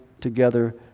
together